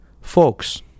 Folks